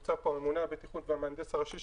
נמצא פה הממונה על הבטיחות והמהנדס הראשי,